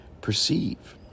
perceive